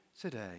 today